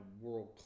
world